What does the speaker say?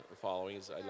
followings